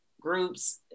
groups